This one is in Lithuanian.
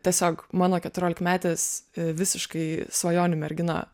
tiesiog mano keturiolikmetės visiškai svajonių mergina